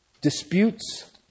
disputes